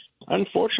unfortunately